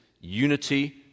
unity